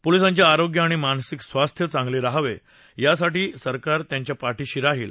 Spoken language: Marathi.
पोलीसांचे आरोग्य आणि मानसिक स्वास्थ्य चांगलं राहावं यासाठी सरकार त्यांच्या पाठीशी राहील